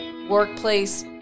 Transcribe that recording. workplace